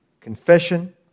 confession